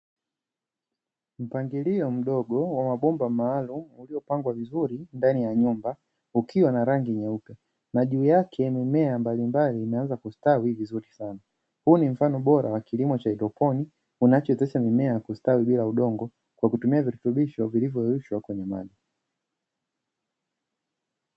Mpangilio mdogo wa mabomba maalum uliopangwa vizuri ndani ya nyumba, ukiwa na rangi nyeupe na juu yake mimea mbalimbali imeanza kustawi vizuri sana, huu ni mfano bora wa kilimo cha haidroponi unachowezesha mimea kustawi bila udongo, kwa kutumia virutubisho vilivyo yeyushwa kwenye maji.